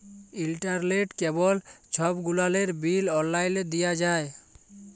ইলটারলেট, কেবল ছব গুলালের বিল অললাইলে দিঁয়া যায়